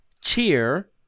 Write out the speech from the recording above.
Cheer